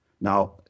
Now